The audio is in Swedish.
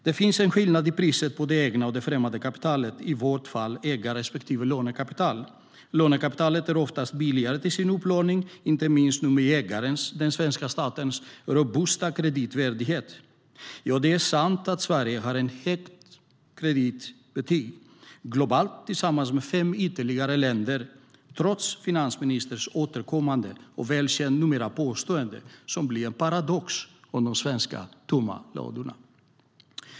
Det finns en skillnad i priset på det egna och det främmande kapitalet, i vårt fall ägar respektive lånekapital. Lånekapitalet är oftast billigare i sin upplåning, inte minst nu med ägarens, den svenska statens, robusta kreditvärdighet. Ja, det är sant att Sverige har ett högt kreditbetyg globalt tillsammans med fem ytterligare länder, trots finansministerns återkommande och numera välkända påstående, som blir en paradox, om de svenska tomma ladorna.